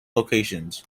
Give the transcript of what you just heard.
locations